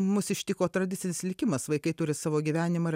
mus ištiko tradicinis likimas vaikai turi savo gyvenimą ir